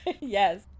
Yes